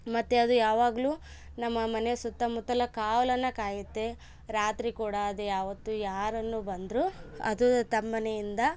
ಮತ್ತೆ ಅದು ಯಾವಾಗ್ಲು ನಮ್ಮ ಮನೆ ಸುತ್ತಮುತ್ತಲ ಕಾವಲನ್ನು ಕಾಯುತ್ತೆ ರಾತ್ರಿ ಕೂಡ ಅದ್ಯಾವತ್ತು ಯಾರು ಬಂದರು ಅದು ತಮ್ಮನೆಯಿಂದ